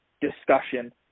discussion